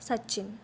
Sachin